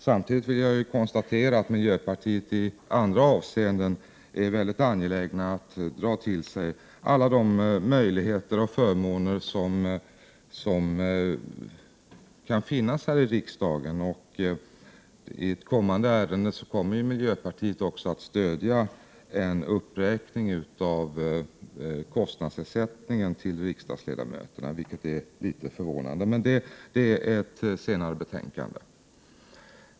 Samtidigt konstaterar jag att miljöpartisterna i andra avseenden är väldigt angelägna att dra till sig alla förmåner som kan finnas här i riksdagen. I ett kommande ärende kommer miljöpartiet att stödja en uppräkning av kostnadsersättningen till riksdagsledamöterna, vilket är litet förvånande. Men det är ett senare betänkande.